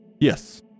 Yes